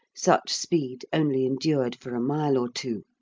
such speed only endured for a mile or two.